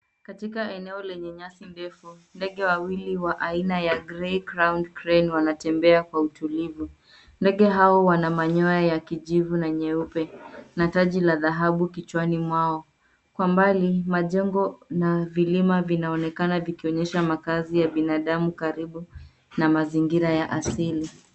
Katika eneo lenye nyasi ndefu, ndege wawili wa aina ya grey-crowned crane wanatembea kwa utulivu. Ndege hawa wana manyoya ya kijivu na nyeupe na taji la dhahabu kichwani mwao. Kwa mbali, majengo na vilima vinaonekana vikionyesha makaazi ya binadamu karibu na mazingira ya asili.